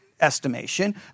estimation